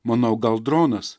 manau gal dronas